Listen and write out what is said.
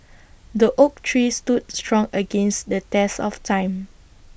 the oak tree stood strong against the test of time